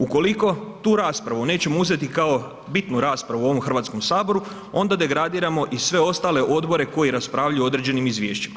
Ukoliko tu raspravu nećemo uzeti kao bitnu raspravu u ovom Hrvatskom saboru onda degradiramo i sve ostale odbore koji raspravljaju o određenim izvješćima.